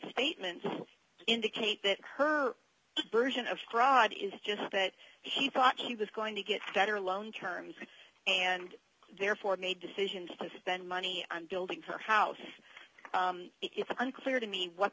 statements indicate that her version of fraud is just that he thought he was going to get better loan terms and therefore made the decision to spend money on building her house if unclear to me what